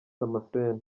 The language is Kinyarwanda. damascene